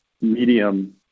medium